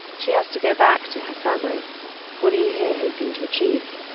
she has to go back to her family what are you here hoping to achieve?